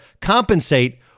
compensate